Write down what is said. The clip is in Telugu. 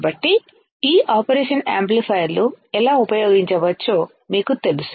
కాబట్టి ఈ ఆపరేషన్ యాంప్లిఫైయర్లు ఎలా ఉపయోగించవచ్చో మీకు తెలుసు